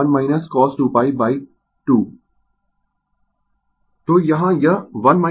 तो यहाँ यह 1 cos 2 ω t2 है